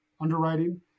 underwriting